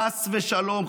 חס ושלום,